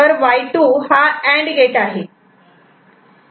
Y2 हा and gate आहे